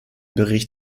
bericht